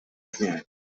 clear